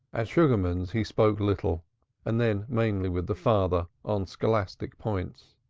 at sugarman's he spoke little and then mainly with the father on scholastic points.